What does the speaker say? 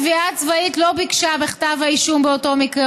התביעה הצבאית לא ביקשה עונש מוות בכתב האישום באותו מקרה,